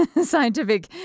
scientific